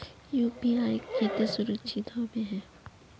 UPI केते सुरक्षित होबे है?